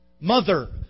Mother